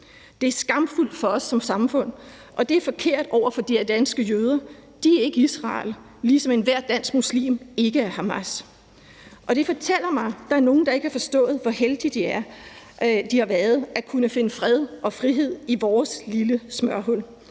Det er skamfuldt for os som samfund, og det er forkert over for de danske jøder – de er ikke Israel, ligesom enhver dansk muslim ikke er Hamas. Det fortæller mig, at der er nogen, der ikke har forstået, hvor heldige de har været at kunne finde fred og frihed i vores lille smørhul.